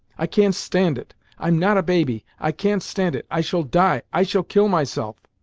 i can't stand it. i'm not a baby. i can't stand it i shall die, i shall kill myself.